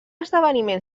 esdeveniment